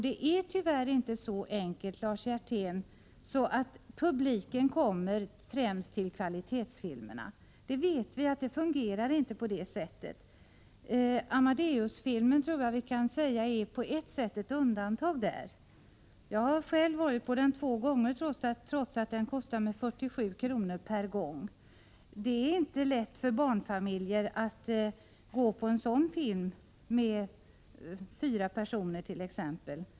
Det är tyvärr inte så väl, Lars Hjertén, att publiken generellt går mest på kvalitetsfilmer. Amadeusfilmen kan sägas vara ett undantag. Jag har själv sett den två gånger, trots att den kostar mig 47 kr. per gång. Det är inte lätt för barnfamiljer att gå på en sådan film, t.ex. med fyra personer.